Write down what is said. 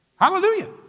Hallelujah